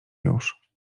już